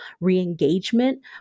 re-engagement